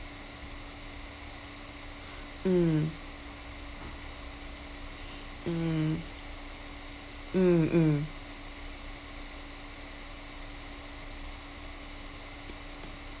mm mm mm mm